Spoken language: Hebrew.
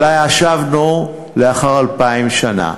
שאליה שבנו לאחר 2,000 שנה.